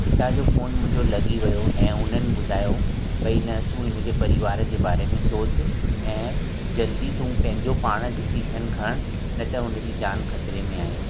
पिता जो फोन मुंहिंजो लॻी वियो ऐं उन्हनि ॿुधायो भई न तूं हिनजे परिवार जे बारे में सोचु ऐं जल्दी तूं पंहिंजो पाण डिसीशन खणु न त उनजी जान ख़तिरे में आहे